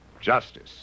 justice